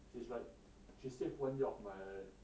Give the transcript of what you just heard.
she's like she save one year of my